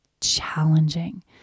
challenging